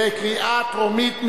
בקריאה טרומית.